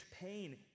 pain